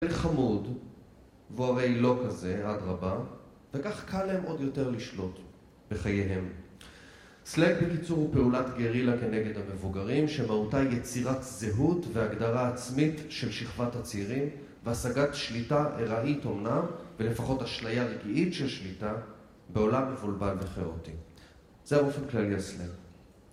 חמוד, והוא הרי לא כזה, עד רבא, וכך קל להם עוד יותר לשלוט בחייהם. סלנג בקיצור הוא פעולת גרילה כנגד המבוגרים, שמהותה יצירת זהות והגדרה עצמית של שכבת הצעירים, והשגת שליטה אירעית אומנם, ולפחות אשליה ריגעית של שליטה בעולם מבולבל וכאוטי. זה באופן כללי הסלנג.